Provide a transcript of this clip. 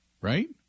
Right